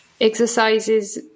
exercises